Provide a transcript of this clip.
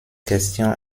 question